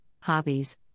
hobbies